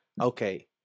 okay